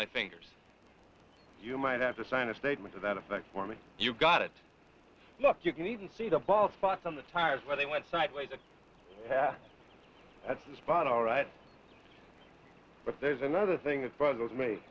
my fingers you might have to sign a statement to that effect for me you've got it look you can even see the bald spots on the tires where they went sideways the hat at the spot all right but there's another thing that bugs me